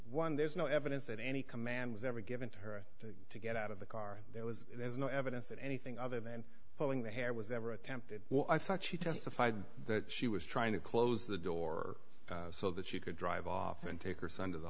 one there's no evidence that any command was ever given to her to get out of the car there was there's no evidence that anything other than pulling the hair was ever attempted while i thought she testified that she was trying to close the door so that she could drive off and take her son to the